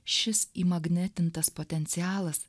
šis įmagnetintas potencialas